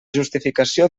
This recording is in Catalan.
justificació